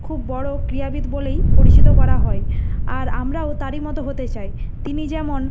খুব বড় ক্রীড়াবিদ বলেই পরিচিত করা হয় আর আমরাও তারই মতো হতে চাই তিনি যেমন